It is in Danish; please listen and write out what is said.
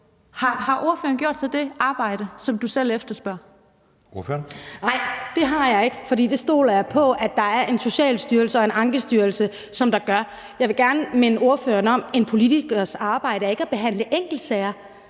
Ordføreren. Kl. 16:07 Rosa Eriksen (M): Nej, det har jeg ikke, for det stoler jeg på at der er en Socialstyrelse og en Ankestyrelse som gør. Jeg vil gerne minde spørgeren om, at en politikers arbejde ikke er at behandle enkeltsager;